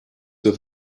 zur